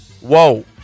Whoa